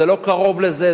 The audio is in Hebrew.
זה לא קרוב לזה,